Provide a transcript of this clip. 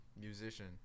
musician